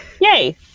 yay